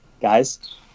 guys